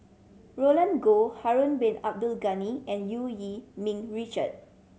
Roland Goh Harun Bin Abdul Ghani and Eu Yee Ming Richard